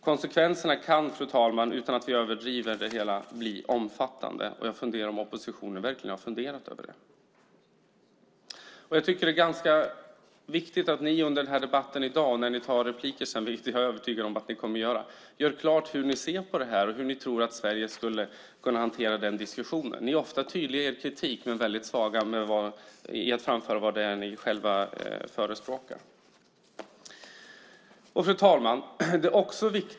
Konsekvenserna kan, fru talman, utan att vi överdriver det hela bli omfattande, och jag funderar på om oppositionen verkligen har funderat över det. Jag tycker att det är ganska viktigt att ni under denna debatt i dag när ni tar repliker senare, vilket jag är övertygad om att ni kommer att göra, gör klart hur ni ser på detta och hur ni tror att Sverige skulle kunna hantera denna diskussion. Ni är ofta tydliga i er kritik men väldigt svaga när det gäller att framföra vad ni själva förespråkar.